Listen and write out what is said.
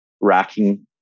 racking